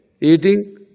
Eating